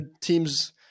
teams